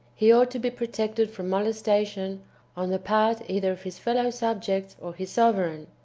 he ought to be protected from molestation on the part either of his fellow-subjects or his sovereign,